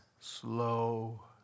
slow